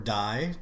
die